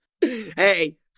Hey